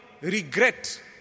Regret